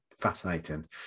fascinating